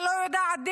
לא יודעת,